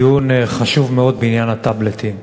דיון חשוב מאוד בעניין הטאבלטים.